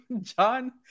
John